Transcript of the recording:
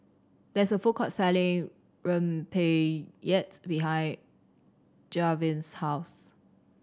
there is a food court selling rempeyeks behind Gavyn's house